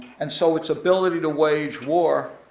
and so its ability to wage war